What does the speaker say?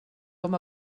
com